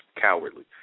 cowardly